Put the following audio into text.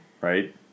Right